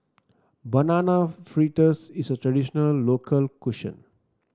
Banana Fritters is a traditional local